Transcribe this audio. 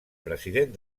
president